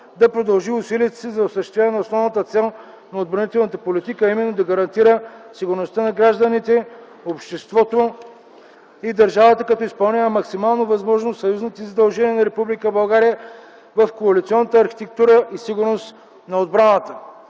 да продължи усилията си за осъществяване основната цел на отбранителната политика, а именно да гарантира сигурността на гражданите, обществото и държавата като изпълнява максимално възможно съюзните задължения на Република България в коалиционната архитектура и сигурност на отбраната.